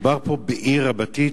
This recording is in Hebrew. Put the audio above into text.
מדובר פה בעיר רבתי